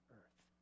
earth